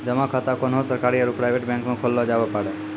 जमा खाता कोन्हो सरकारी आरू प्राइवेट बैंक मे खोल्लो जावै पारै